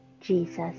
Jesus